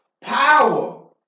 Power